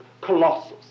colossus